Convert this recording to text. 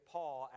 Paul